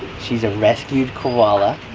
she's a rescued koala,